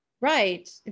right